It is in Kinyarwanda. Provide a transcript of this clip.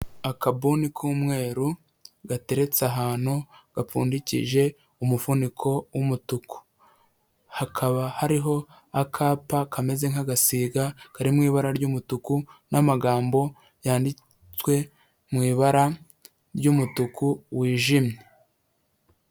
Akabuni k'umweru gateretse ahantu gapfundikije umufuniko w'umutuku hakaba hariho akapa kameze nk'agasiga kari mu ibara ry'umutuku n'amagambo yanditswe mu ibara ry'umutuku wijimye.